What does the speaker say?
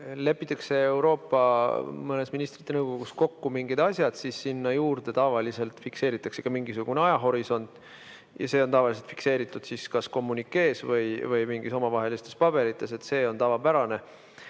lepitakse Euroopa mõnes ministrite nõukogus kokku mingid asjad, siis sinna juurde tavaliselt fikseeritakse ka mingisugune ajahorisont ja see on tavaliselt fikseeritud kas kommünikees või mingites omavahelistes paberites – see on tavapärane.